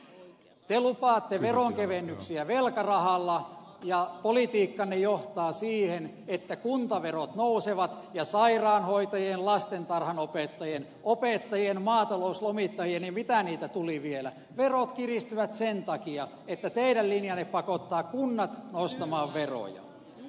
te lupaatte veronkevennyksiä velkarahalla ja politiikkanne johtaa siihen että kuntaverot nousevat ja sairaanhoitajien lastentarhanopettajien opettajien maatalouslomittajien ja mitä niitä tuli vielä verot kiristyvät sen takia että teidän linjanne pakottaa kunnat nostamaan veroja